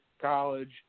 College